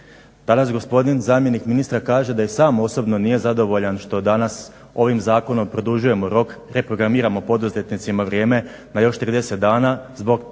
Danas gospodin zamjenik ministra kaže da sam osobno nije zadovoljan što danas ovim zakonom produžujemo rok reprogramiramo poduzetnicima vrijeme na još 30 dana zbog tzv.